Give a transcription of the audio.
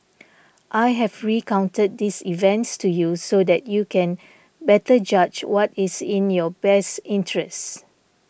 I have recounted these events to you so that you can better judge what is in your best interests